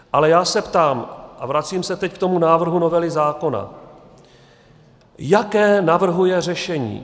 Ale já se ptám, a vracím se teď k tomu návrhu novely zákona, jaké navrhuje řešení.